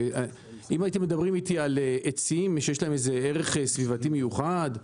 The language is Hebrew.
אם הייתם מדברים איתי על עצים שיש להם איזה ערך סביבתי מיוחד.